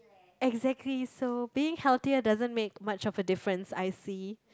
exactly so being healthier doesn't make much of a difference I see